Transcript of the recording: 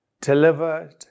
delivered